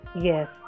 Yes